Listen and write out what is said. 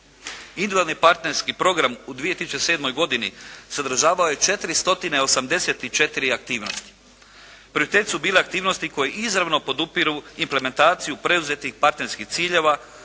Individualni partnerski program u 2007. godini sadržavao je 4 stotine 84 aktivnosti. Prioritet su bile aktivnosti koje izravno podupiru implementaciju preuzetih partnerskih ciljeva,